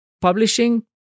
publishing